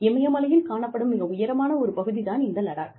இமயமலையில் காணப்படும் மிக உயரமான ஒரு பகுதி தான் இந்த லடாக்